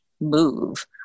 move